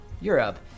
europe